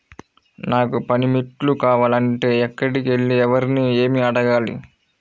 నాకు పనిముట్లు కావాలి అంటే ఎక్కడికి వెళ్లి ఎవరిని ఏమి అడగాలి?